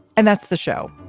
and that's the show.